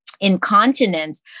incontinence